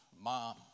mom